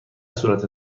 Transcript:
صورت